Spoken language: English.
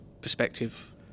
perspective